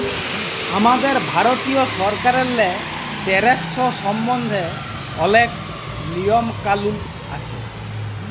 আমাদের ভারতীয় সরকারেল্লে ট্যাকস সম্বল্ধে অলেক লিয়ম কালুল আছে